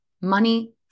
Money